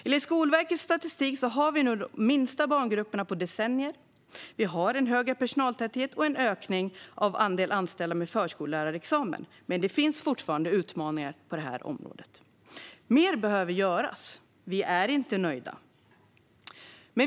Enligt Skolverkets statistik har vi nu de minsta barngrupperna på decennier, en högre personaltäthet och en ökning av andelen anställda med förskollärarexamen. Men det finns fortfarande utmaningar på området. Mer behöver göras. Vi är inte nöjda.